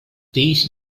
these